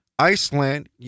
Iceland